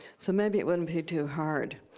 so maybe it wouldn't be too hard.